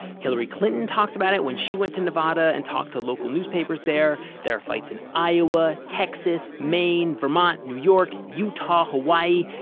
hillary clinton talks about it when she went to nevada and talked to local newspapers there. there are fights in iowa, texas, maine, vermont, new york, utah, hawaii,